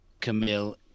Camille